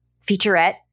featurette